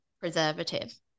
preservative